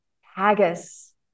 Haggis